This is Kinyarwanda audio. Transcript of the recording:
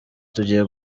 tugiye